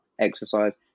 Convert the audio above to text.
exercise